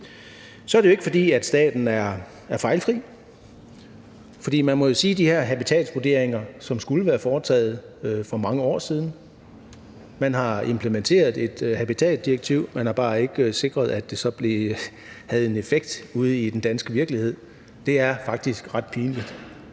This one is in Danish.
Så er det jo ikke, fordi staten er fejlfri, for man må jo sige, at de her habitatsvurderinger skulle have været foretaget for mange år siden. Man har implementeret et habitatsdirektiv, man har bare ikke sikret, at det så havde en effekt ude i den danske virkelighed. Det er faktisk ret pinligt.